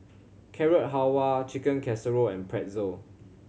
Carrot Halwa Chicken Casserole and Pretzel